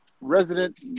resident